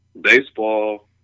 Baseball